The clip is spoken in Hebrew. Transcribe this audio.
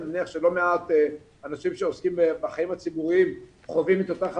אני מניח שלא מעט אנשים שעוסקים בחיים הציבוריים חווים את אותה חוויה.